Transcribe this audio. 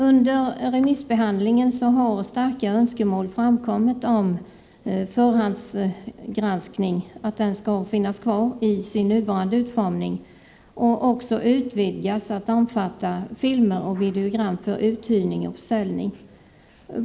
Under remissbehandlingen har starka önskemål framkommit om att förhandsgranskningen skall finnas kvar i nuvarande utformning och utvidgas till att omfatta också filmer och videogram för uthyrning och försäljning.